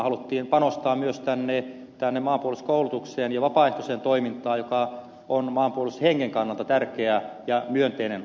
haluttiin panostaa myös tänne maanpuolustuskoulutukseen ja vapaaehtoiseen toimintaan joka on maanpuolustushengen kannalta tärkeä ja myönteinen asia